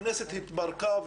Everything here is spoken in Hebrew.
הכנסת התפרקה.